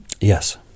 Yes